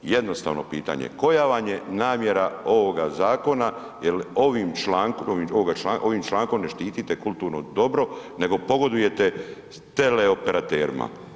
Jednostavno pitanje, koja vam je namjera ovoga zakona jel ovim člankom ne štitite kulturno dobro nego pogodujete teleoperaterima?